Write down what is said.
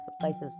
places